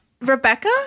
Rebecca